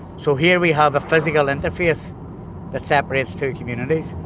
so here we have a physical interface that separates two communities.